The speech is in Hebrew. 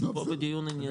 אנחנו פה בדיון ענייני.